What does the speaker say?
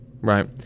right